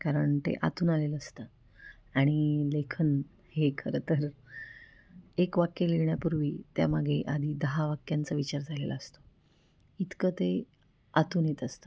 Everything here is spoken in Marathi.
कारण ते आतून आलेलं असतं आणि लेखन हे खरं तर एक वाक्य लिहिण्यापूर्वी त्यामागे आधी दहा वाक्यांचा विचार झालेला असतो इतकं ते आतून येत असतं